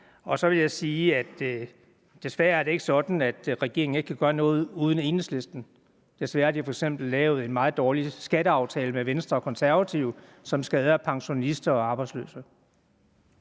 Jeg vil så sige, at desværre er det ikke sådan, at regeringen ikke kan gøre noget uden Enhedslisten. Deesværre har man jo lavet en meget dårlig skatteaftale med Venstre og Konservative, som skader pensionister og arbejdsløse.